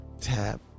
tap